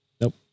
Nope